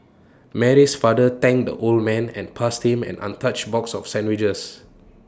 Mary's father thanked the old man and passed him an untouched box of sandwiches